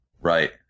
Right